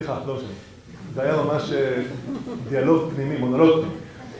זה היה ממש דיאלוג פנימי, מונולוג.